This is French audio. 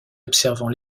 observant